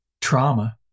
trauma